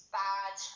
bad